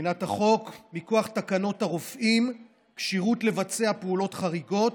מבחינת החוק מכוח תקנות הרופאים (כשירות לבצע פעולות חריגות),